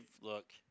look